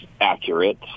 accurate